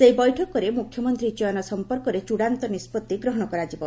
ସେହି ବୈଠକରେ ମୁଖ୍ୟମନ୍ତ୍ରୀ ଚୟନ ସମ୍ପର୍କରେ ଚଡ଼ାନ୍ତ ନିଷ୍ପଭି ଗ୍ରହଣ କରାଯିବ